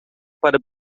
para